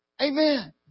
Amen